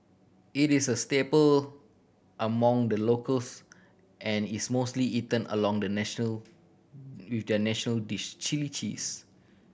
it is a staple among the locals and is mostly eaten along the national with their national dish chilli cheese